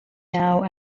now